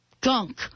gunk